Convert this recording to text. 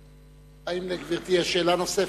האם יש לגברתי שאלה נוספת?